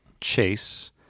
Chase –